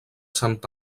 sant